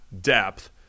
depth